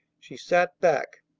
she sat back,